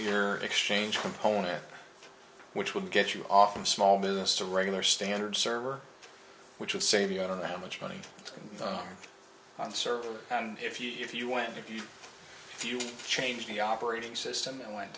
your exchange component which would get you off from small business to regular standard server which would save you i don't know how much money on the server if you if you went if you if you changed the operating system and went